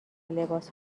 لباس